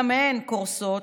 גם הן קורסות,